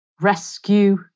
rescue